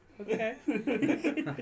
okay